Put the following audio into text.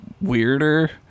Weirder